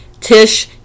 Tish